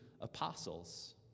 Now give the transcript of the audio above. apostles